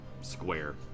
square